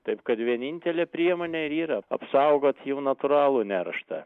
taip kad vienintelė priemonė ir yra apsaugot jų natūralų nerštą